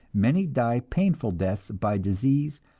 many die painful deaths by disease,